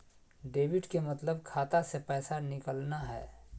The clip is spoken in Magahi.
डेबिट के मतलब खाता से पैसा निकलना हय